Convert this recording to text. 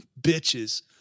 bitches